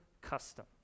custom